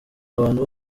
abantu